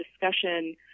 discussion